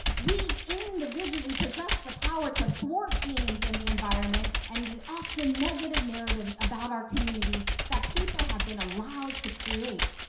we individually possess the power to thwart genes and the environment, and the often-negative narratives about our communities that people have been allowed to create.